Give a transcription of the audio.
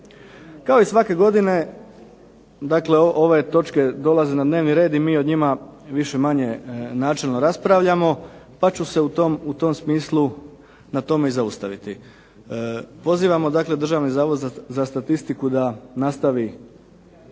Kao i svake godine ove točke dolaze na dnevni red i mi o njima više manje načelno raspravljamo, pa ću se u tom smislu zaustaviti. Pozivamo Državni zavod za statistiku da nastavi